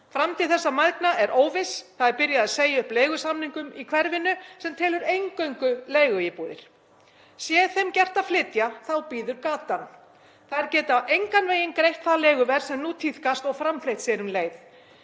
Framtíð þessara mæðgna er óviss. Það er byrjað að segja upp leigusamningum í hverfinu sem telur eingöngu leiguíbúðir. Sé þeim gert að flytja þá bíður gatan. Þær geta engan veginn greitt það leiguverð sem nú tíðkast og framfleytt sér um leið.